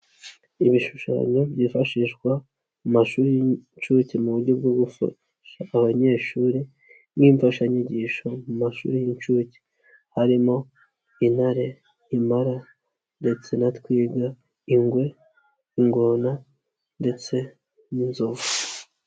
Ibishushanyo byifashishwa mu mashuri y'incuke mu buryo bwo gufasha abanyeshuri nk'imfashanyigisho mu mashuri y'incuke harimo intare, impala, ndetse na twiga, ingwe ingona, ndetse n'inzovu.